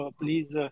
please